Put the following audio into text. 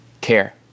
care